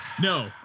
No